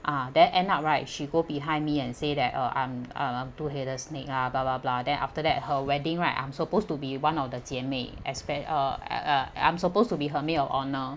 ah then end up right she go behind me and say uh I'm a two headed snake lah bla bla bla then after that her wedding right I'm supposed to be one of the jie mei aspect uh uh uh I'm supposed to be her maid of honour